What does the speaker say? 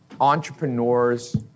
Entrepreneurs